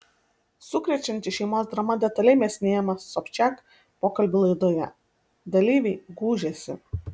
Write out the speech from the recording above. sukrečianti šeimos drama detaliai mėsinėjama sobčiak pokalbių laidoje dalyviai gūžiasi